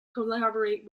collaborate